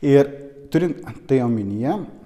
ir turint tai omenyje